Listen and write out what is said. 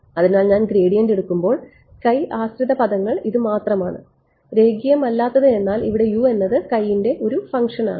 അതിനാൽ ഞാൻ ഗ്രേഡിയന്റ് എടുക്കുമ്പോൾ ആശ്രിത പദങ്ങൾ ഇത് മാത്രമാണ് രേഖീയമല്ലാത്തത് എന്നാൽ ഇവിടെ എന്നത് ൻറെ ഒരു ഫംഗ്ഷൻ ആണ്